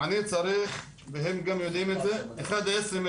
הם יודעים את זה, אני צריך שתיים עשרה